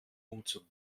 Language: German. umzug